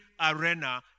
arena